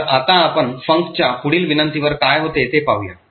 तर आता आपण func च्या पुढील विनंतीवर काय होते ते पाहूया